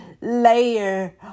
layer